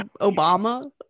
Obama